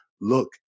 look